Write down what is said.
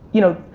you know,